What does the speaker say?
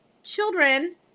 children